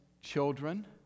children